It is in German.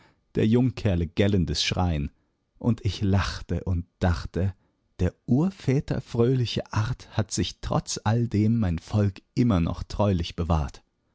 der jungkerle gellendes schrei'n und ich lachte und dachte der urväter fröhliche art hat sich trotz alldem mein volk immer noch treulich bewahrt